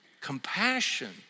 compassion